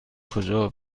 کجا